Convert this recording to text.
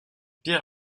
pierre